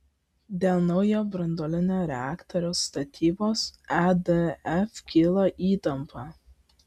dėl naujo branduolinio reaktoriaus statybos edf kyla įtampa